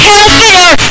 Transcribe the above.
Healthier